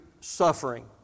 suffering